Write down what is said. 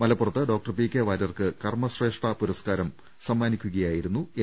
മലപ്പുറത്ത് doctor P K വാര്യർക്ക് കർമ്മശ്രേഷ്ഠാ പുരസ്കാരം സമ്മാനിക്കുകയായിരുന്നു എം